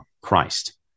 Christ